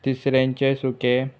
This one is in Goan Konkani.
तिसऱ्यांचे सुकें